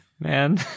Man